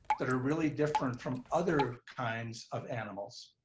that are really different from other kinds of animals.